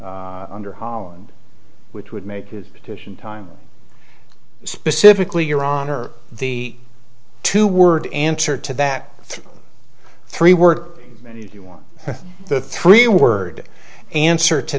told under holland which would make you petition time specifically your honor the two word answer to that three were and if you want the three word answer to